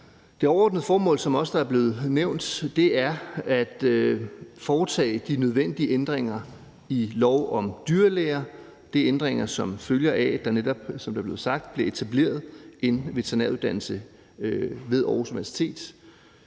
Det overordnede formål, som det også er blevet nævnt, er at foretage de nødvendige ændringer i lov om dyrlæger. Det er ændringer, som følger af, at der netop, som det er blevet sagt, blev etableret en veterinæruddannelse ved Aarhus Universitet,